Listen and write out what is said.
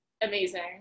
Amazing